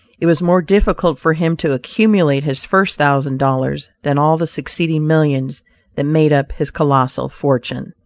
it was more difficult for him to accumulate his first thousand dollars, than all the succeeding millions that made up his colossal fortune.